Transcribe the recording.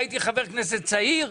הייתי חבר כנסת צעיר,